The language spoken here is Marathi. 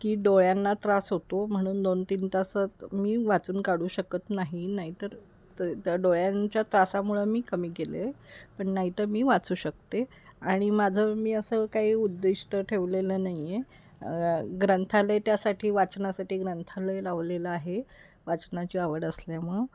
की डोळ्यांना त्रास होतो म्हणून दोन तीन तासात मी वाचून काढू शकत नाही नाहीतर त त्या डोळ्यांच्या त्रासामुळं मी कमी केलेय पण नाही तर मी वाचू शकते आणि माझं म मी असं काही उद्देशष्ट ठेवलेलं नाहीये ग्रंथालय त्यासाठी वाचनासाठी ग्रंथालय लावलेलं आहे वाचनाची आवड असल्यामुळ